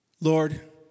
Lord